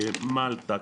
מלטה,